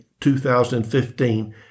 2015